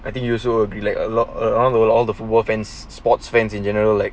I think you also will be like a lot around the world all the football fans sports fans in general like